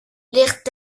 ligt